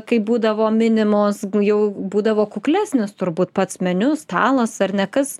kaip būdavo minimos jau būdavo kuklesnis turbūt pats meniu stalas ar ne kas